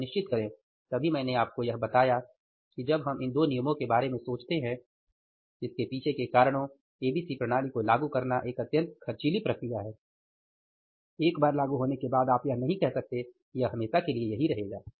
तो यह निश्चित करें तभी मैंने आपको यह बताया कि जब हम इन दो नियमों के बारे में सोचते हैं इसके पीछे के कारणों एबीसी प्रणाली को लागू करना एक अत्यधिक खर्चीली प्रक्रिया है और एक बार लागू होने के बाद आप यह नहीं कह सकते कि यह हमेशा के लिए यही रहेगा